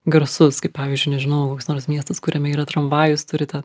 garsus kaip pavyzdžiui nežinau koks nors miestas kuriame yra tramvajus turi tą